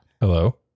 Hello